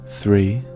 three